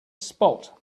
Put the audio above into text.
spot